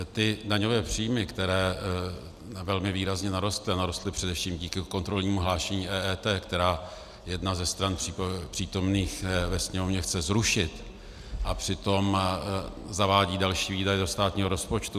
Ty daňové příjmy, které velmi výrazně narostly, a narostly především díky kontrolnímu hlášení EET, které jedna ze stran přítomných ve Sněmovně chce zrušit, a přitom zavádí další výdaje do státního rozpočtu.